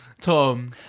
Tom